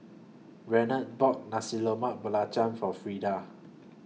Renard bought Nasi Loma Belacan For Frieda